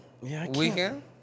weekend